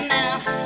now